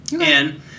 And-